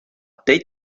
teď